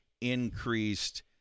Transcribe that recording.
increased